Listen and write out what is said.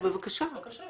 אז בבקשה.